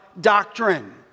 doctrine